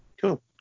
Cool